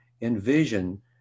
envision